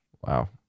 Wow